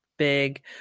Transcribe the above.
big